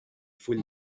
full